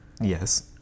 Yes